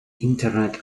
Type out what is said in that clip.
internet